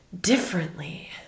differently